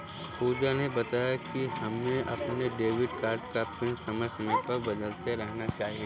पूजा ने बताया कि हमें अपने डेबिट कार्ड का पिन समय समय पर बदलते रहना चाहिए